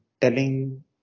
telling